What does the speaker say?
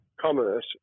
commerce